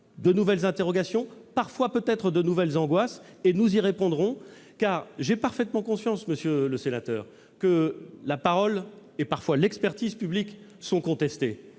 de nouvelles interrogations, parfois peut-être de nouvelles angoisses, et nous y répondrons. J'ai parfaitement conscience que la parole et parfois l'expertise publiques sont contestées,